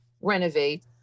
renovate